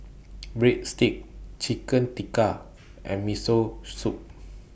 Breadsticks Chicken Tikka and Miso Soup